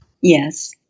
Yes